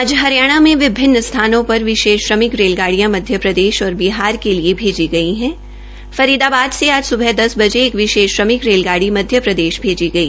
आज हरियाणा में विभिन्न स्थानों से विशेष रेलगाड़िय़ां मध्य प्रदेश और बिहार के लिए भेजी गई हण फरीदाबाद से आज सुबह दस बजे एक विशेष श्रमिक रेलगाड़ी मध्य प्रदेश भेजी गई